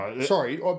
Sorry